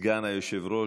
סגן היושב-ראש,